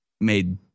made –